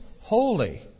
holy